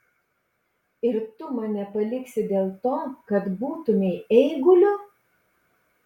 ir tu mane paliksi dėl to kad būtumei eiguliu